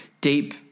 deep